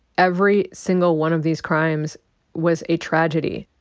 every single one of these crimes was a tragedy.